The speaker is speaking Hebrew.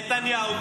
נתניהו,